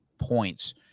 points